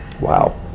Wow